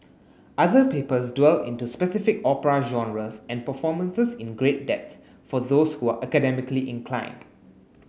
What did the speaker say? other papers dwell into specific opera genres and performances in great depth for those who are academically inclined